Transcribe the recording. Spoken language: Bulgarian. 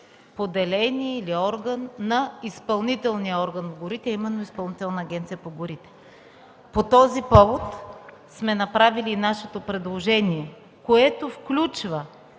поделение или орган на изпълнителния орган по горите – именно Изпълнителната агенция по горите. По този повод сме направили нашето предложение, което включва